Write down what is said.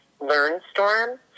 LearnStorm